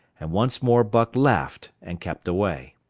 and once more buck laughed and kept away.